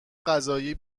قضایی